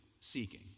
seeking